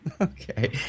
Okay